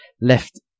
left